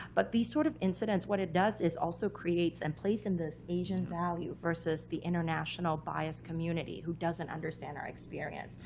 but these sort of incidents, what it does is also creates and plays in this asian value, versus the international-biased community, who doesn't understand our experience,